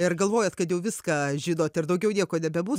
ir galvojat kad jau viską žinot ir daugiau nieko nebebus